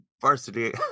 varsity